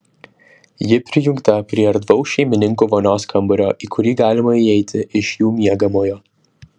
ji prijungta prie erdvaus šeimininkų vonios kambario į kurį galima įeiti iš jų miegamojo